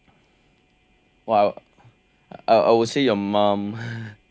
!wow! I would see your mom